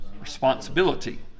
Responsibility